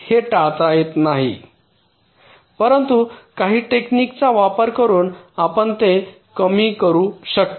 हे टाळता येत नाही परंतु काही टेक्निकचा वापर करून आपण ते कमी करू शकता